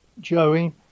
Joey